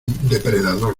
depredador